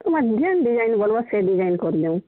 ତୁମେ ଯେଉଁ ଡିଜାଇନ୍ ବୋଲବୋ ଆମେ ସେଇ ଡିଜାଇନ୍ କରିଦେମୁ